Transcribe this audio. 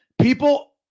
people